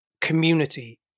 community